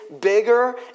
bigger